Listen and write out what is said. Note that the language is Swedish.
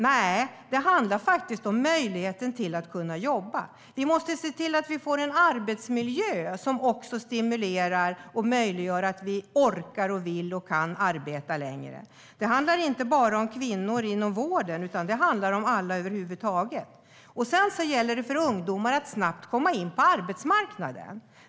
Nej, det handlar faktiskt om möjligheten att kunna jobba. Vi måste se till att vi får en arbetsmiljö som stimulerar och möjliggör att vi orkar, vill och kan arbeta längre. Det handlar inte bara om kvinnor inom vården utan alla över huvud taget. Det gäller för ungdomar att snabbt komma in på arbetsmarknaden.